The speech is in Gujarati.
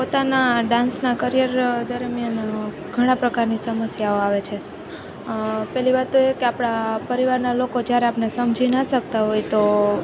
પોતાના ડાન્સના કરિયર દરમિયાન ઘણા પ્રકારની સમસ્યાઓ આવે છે સ પહેલી વાત તો એ કે આપણા પરીવારના લોકો જ્યારે આપણને સમજી ન શકતા હોય તો